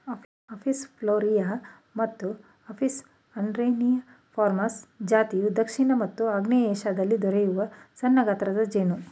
Apis florea ಮತ್ತು Apis andreniformis ಜಾತಿಯು ದಕ್ಷಿಣ ಮತ್ತು ಆಗ್ನೇಯ ಏಶಿಯಾದಲ್ಲಿ ದೊರೆಯುವ ಸಣ್ಣಗಾತ್ರದ ಜೇನು